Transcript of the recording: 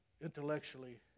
intellectually